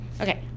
Okay